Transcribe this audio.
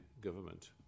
government